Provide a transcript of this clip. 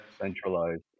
centralized